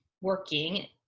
working